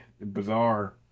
bizarre